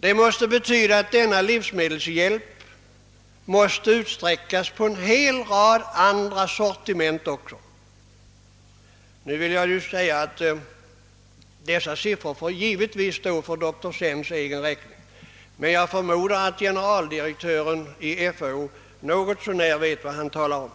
Därför måste livsmedelshjälpen omfatta även en hel rad andra sortiment. Dessa siffror får givetvis stå för doktor Sens egen räkning, men jag förmodar att generaldirektören i FAO något så när vet vad han talar